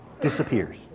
disappears